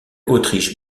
autriche